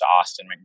Austin